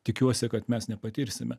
tikiuosi kad mes nepatirsime